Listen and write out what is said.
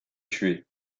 tuer